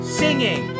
singing